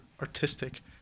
artistic